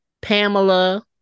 Pamela